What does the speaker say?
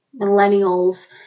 millennials